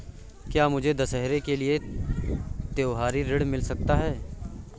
क्या मुझे दशहरा के लिए त्योहारी ऋण मिल सकता है?